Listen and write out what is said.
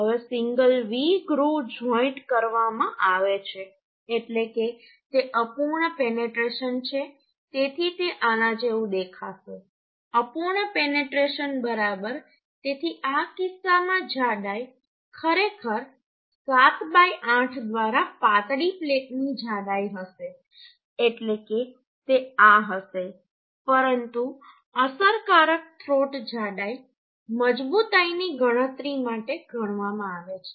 હવે single V groove joint કરવામાં આવે છે એટલે કે તે અપૂર્ણ પેનેટ્રેશન છે તેથી તે આના જેવું દેખાશે અપૂર્ણ પેનેટ્રેશન બરાબર તેથી આ કિસ્સામાં જાડાઈ ખરેખર ⅞ દ્વારા પાતળી પ્લેટની જાડાઈ હશે એટલે કે તે આ હશે પરંતુ અસરકારક થ્રોટ જાડાઈ મજબૂતાઈ ની ગણતરી માટે ગણવામાં આવે છે